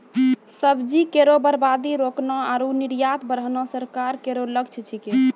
सब्जी केरो बर्बादी रोकना आरु निर्यात बढ़ाना सरकार केरो लक्ष्य छिकै